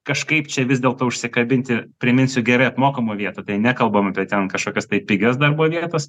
kažkaip čia vis dėlto užsikabinti priminsiu gerai apmokamų vietų tai nekalbam apie ten kažkokias tai pigias darbo vietas